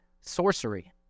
sorcery